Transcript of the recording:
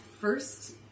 first